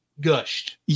gushed